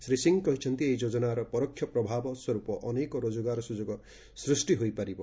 ଶ୍ରୀ ସିଂ କହିଛନ୍ତି ଏହି ଯୋଜନାର ପରୋକ୍ଷ ପ୍ରଭାବ ସ୍ୱରୂପ ଅନେକ ରୋଜଗାର ସୁଯୋଗ ସୃଷ୍ଟି ହୋଇପାରିବ